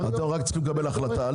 --- אתם רק צריכים לקבל החלטה,